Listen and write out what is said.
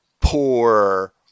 poor